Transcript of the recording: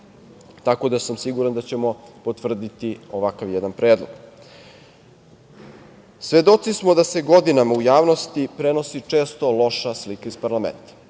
tako da sam siguran da ćemo potvrditi ovakav jedan predlog. Svedoci smo da se godinama u javnosti prenosi često loša slika iz parlamenta.